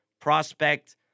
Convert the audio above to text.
prospect